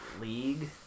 League